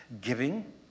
Giving